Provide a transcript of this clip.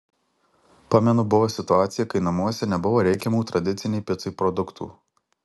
pamenu buvo situacija kai namuose nebuvo reikiamų tradicinei picai produktų